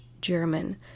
German